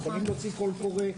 אתם יכולים להוציא קול קורא?